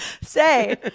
say